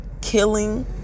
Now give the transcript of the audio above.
killing